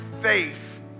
faith